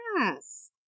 Yes